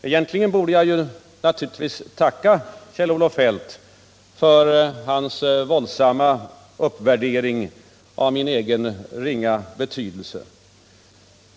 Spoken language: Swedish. Naturligtvis borde jag tacka Kjell-Olof Feldt för hans våldsamma uppvärdering av min egen ringa betydelse.